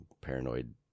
paranoid